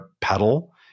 pedal